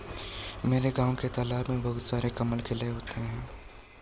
मेरे गांव के तालाब में बहुत सारे कमल खिले होते हैं